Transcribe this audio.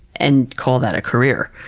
and call that a career.